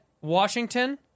Washington